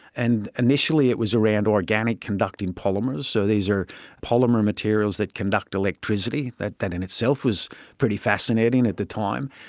and initially it was around organic conducting polymers, so these are polymer materials that conduct electricity. that that in itself was pretty fascinating at the time.